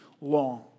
long